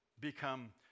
become